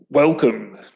Welcome